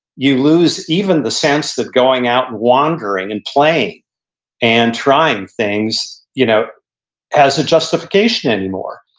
you lose even the sense that going out wandering and playing and trying things you know has a justification anymore.